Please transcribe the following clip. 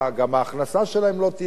גם ההכנסה שלהם לא תהיה,